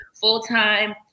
full-time